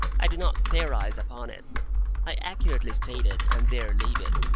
i do not theorise upon it i accurately state it, and there leave it.